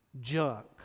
junk